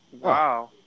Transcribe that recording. Wow